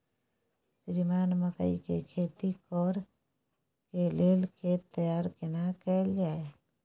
श्रीमान मकई के खेती कॉर के लेल खेत तैयार केना कैल जाए?